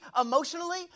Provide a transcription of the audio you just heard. emotionally